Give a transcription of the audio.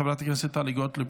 חברת הכנסת טלי גוטליב,